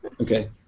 Okay